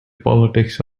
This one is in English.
politics